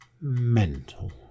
mental